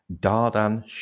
Dardan